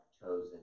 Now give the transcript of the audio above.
chosen